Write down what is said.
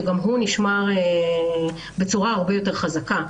וגם הוא נשמר בצורה הרבה יותר חזקה.